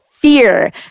fear